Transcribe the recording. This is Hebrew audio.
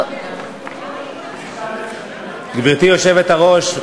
גברתי היושבת-ראש,